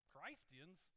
Christians